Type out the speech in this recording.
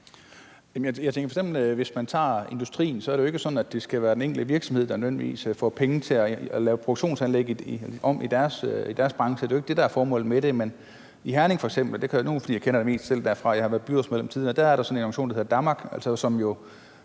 Jeg tænker bestemt, at hvis man tager industrien, så er det jo ikke sådan, at det skal være den enkelte virksomhed, der nødvendigvis får penge til at lave produktionsanlægget om i deres branche. Det er jo ikke det, der er formålet med det. Men i f.eks. Herning – nu kender jeg det selv, for jeg har været byrådsmedlem der tidligere – er der en organisation, der hedder DAMRC, som